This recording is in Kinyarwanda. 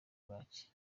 bwaki